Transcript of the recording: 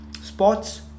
Sports